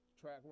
track